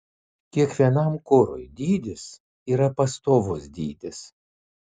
kiekvienam kurui dydis yra pastovus dydis